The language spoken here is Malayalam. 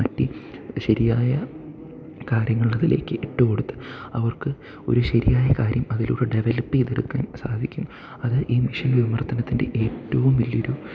മാറ്റി ശരിയായ കാര്യങ്ങളതിലേക്ക് ഇട്ടുകൊടുത്ത് അവർക്ക് ഒരു ശരിയായ കാര്യം അതിലൂടെ ഡെവലപ്പ് ചെയ്തെടുക്കാൻ സാധിക്കും അത് ഈ മെഷീൻ വിവർത്തനത്തിൻ്റെ ഏറ്റവും വലിയൊരു